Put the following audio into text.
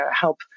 help